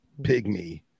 pygmy